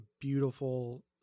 beautiful